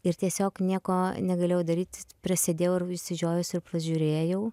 ir tiesiog nieko negalėjau daryt prasidėjau ir išsižiojus ir pažiūrėjau